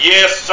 Yes